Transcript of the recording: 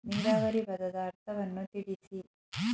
ನೀರಾವರಿ ಪದದ ಅರ್ಥವನ್ನು ತಿಳಿಸಿ?